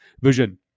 Vision